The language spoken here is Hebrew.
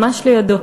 ממש לידו,